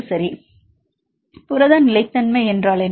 சரி புரத நிலைத்தன்மை என்றால் என்ன